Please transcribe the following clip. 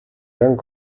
gang